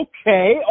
Okay